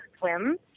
Swim